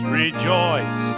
rejoice